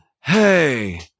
hey